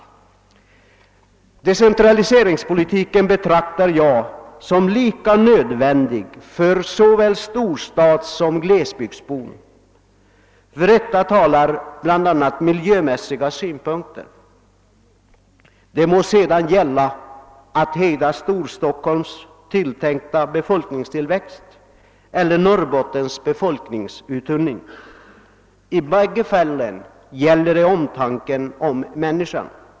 Decentraliseringspolitiken betraktar jag som lika nödvändig för storstadsbor som för glesbygdsbor. För detta talar bl a. miljömässiga synpunkter. Det må sedan gälla att hejda Storstockholms tilltänkta befolkningstillväxt eller att hejda Norrbottens befolkningsuttunning — i båda fallen är det fråga om omtanken om människan.